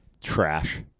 trash